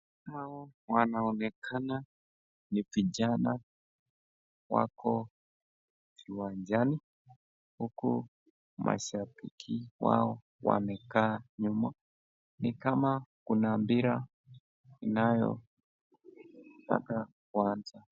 Hao wanaonekana ni vijana wako kiwanjani huku mashabiki wao wamekaa nyuma.ni kama kuna mpira inayotaka kuanza.